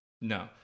No